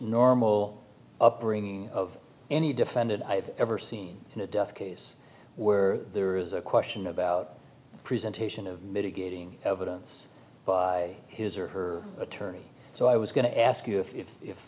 normal upbringing of any defendant i've ever seen in a death case where there is a question about presentation of mitigating evidence by his or her attorney so i was going to ask you if